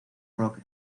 rock